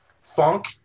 funk